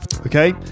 okay